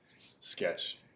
sketch